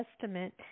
Testament